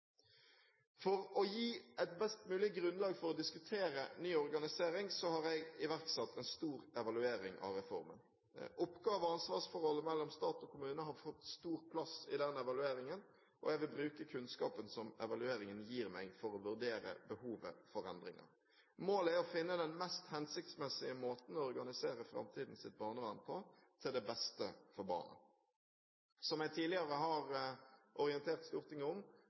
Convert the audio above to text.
For å gi et best mulig grunnlag for å diskutere ny organisering har jeg iverksatt en stor evaluering av reformen. Oppgave- og ansvarsforholdet mellom stat og kommune har fått stor plass i evalueringen, og jeg vil bruke kunnskapen som evalueringen gir meg, til å vurdere behov for endringer. Målet er å finne den mest hensiktsmessige måten å organisere framtidens barnevern på – til det beste for barna. Som jeg tidligere har orientert Stortinget om,